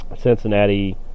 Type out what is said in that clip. Cincinnati